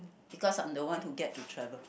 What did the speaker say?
because I'm the one who get to travel